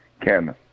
Ken